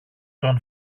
τον